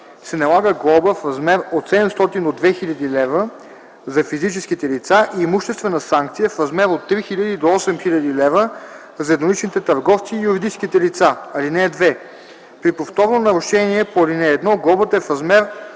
се налага глоба в размер от 700 до 2000 лв. – за физическите лица, и имуществена санкция в размер от 3000 до 8000 лв. – за едноличните търговци и юридическите лица. (2) При повторно нарушение по ал. 1 глобата е в размер